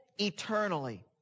eternally